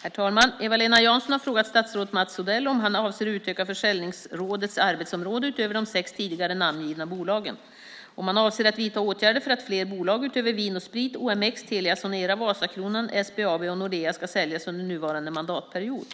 Herr talman! Eva-Lena Jansson har frågat statsrådet Mats Odell om han avser att utöka försäljningsrådets arbetsområde utöver de sex tidigare namngivna bolagen, om han avser att vidta åtgärder för att fler bolag utöver Vin & Sprit, OMX, Telia Sonera, Vasakronan, SBAB och Nordea ska säljas under nuvarande mandatperiod